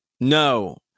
no